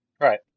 Right